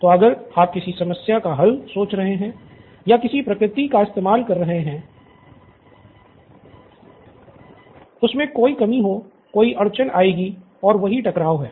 तो अगर आप किसी समस्या का हल सोच रहे है या किसी प्रतिकृति का इस्तेमाल कर रहे है उसमे कोई कमी होगी कोई अड़चन आएगी और वही टकराव है